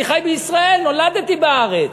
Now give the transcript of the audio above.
אני חי בישראל, נולדתי בארץ.